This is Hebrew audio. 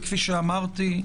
וכפי שאמרתי,